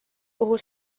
kuhu